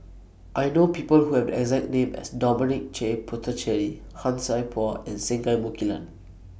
I know People Who Have The exact name as Dominic J Puthucheary Han Sai Por and Singai Mukilan